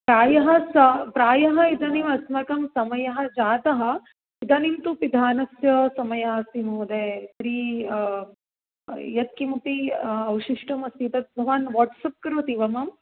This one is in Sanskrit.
प्रायः सा प्रायः इदानीमस्माकं समयः जातः इदानीं तु पिधानस्य समयः अस्ति महोदय प्री यत्किमपि अवशिष्टमस्ति तत् भवान् वाट्सप् करोति वा मां